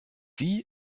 sie